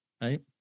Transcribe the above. Right